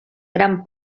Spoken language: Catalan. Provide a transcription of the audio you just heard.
gran